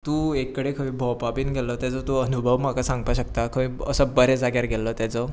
तूं एक कडेन खंय भोंवपाक बीन गेल्लो तेजो तूं अनुभव म्हाका सांगपा शकता खंय असो बरे जाग्यार गेल्लो तेजो